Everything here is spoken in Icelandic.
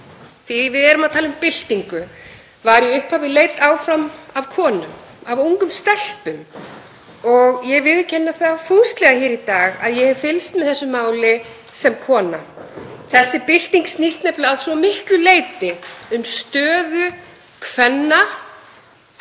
að við erum að tala um byltingu, var í upphafi leidd áfram af konum, af ungum stelpum. Ég viðurkenni það fúslega hér í dag að ég hef fylgst með þessu máli sem kona. Þessi bylting snýst nefnilega að svo miklu leyti um stöðu kvenna,